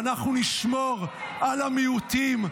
ואנחנו נשמור על המיעוטים,